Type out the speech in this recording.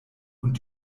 und